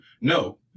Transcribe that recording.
no